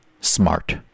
Smart